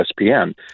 ESPN